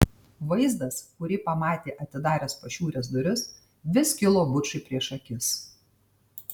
vaizdas kurį pamatė atidaręs pašiūrės duris vis kilo bučui prieš akis